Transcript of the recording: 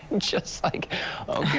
just like okay,